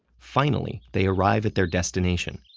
finally, they arrive at their destination,